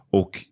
och